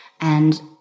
and-